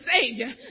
Savior